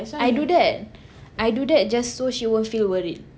I do that I do that just so she won't feel worried